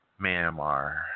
Myanmar